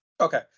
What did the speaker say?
Okay